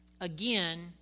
Again